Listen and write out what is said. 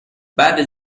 بعد